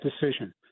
decision